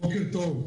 בוקר טוב,